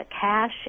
cash